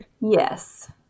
yes